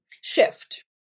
shift